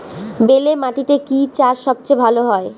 বেলে মাটিতে কি চাষ সবচেয়ে ভালো হয়?